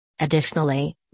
Additionally